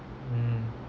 mm